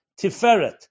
tiferet